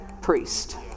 priest